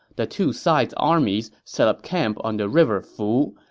the two sides' armies set up camp on the river fu,